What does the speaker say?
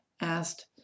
asked